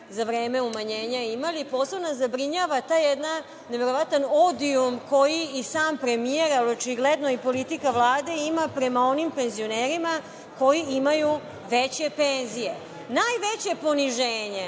za vreme umanjenja imali, prosto nas zabrinjava taj jedan neverovatan odijum koji i sam premijer, a očigledno i politika Vlade, ima prema onim penzionerima koji imaju veće penzije. Najveće poniženje